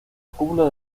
cúpula